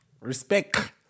respect